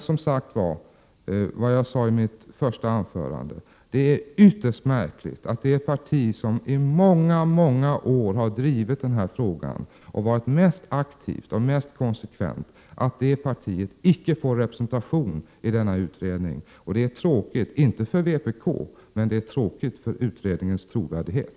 Som jag sade i mitt första anförande: Det är ytterst märkligt att det parti som i många år har drivit den här frågan och varit mest aktivt och mest konsekvent inte får någon representation i denna utredning. Det är tråkigt — inte för vpk men för utredningens trovärdighet.